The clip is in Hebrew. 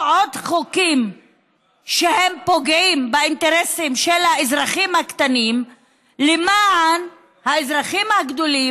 עוד חוקים שפוגעים באינטרסים של האזרחים הקטנים למען האזרחים הגדולים,